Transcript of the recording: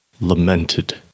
lamented